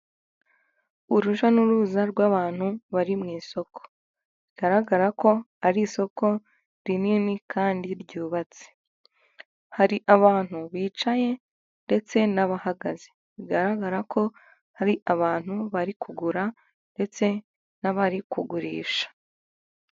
Urujya n'uruza rw'abantu bari mu isoko, bigaragara ko ari isoko rinini kandi ryubatse, hari abantu bicaye ndetse n'abahagaze, bigaragara ko hari abantu bari kugura ndetse n'abari kugurisha.